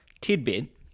Tidbit